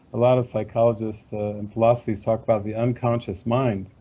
a lot of psychologists and philosophies talk about the unconscious mind.